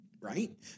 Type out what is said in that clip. Right